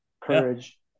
courage